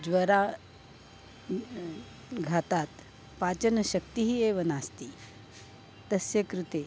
ज्वरः घातात् पाचनशक्तिः एव नास्ति तस्य कृते